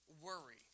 worry